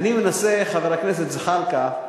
חבר הכנסת זחאלקה,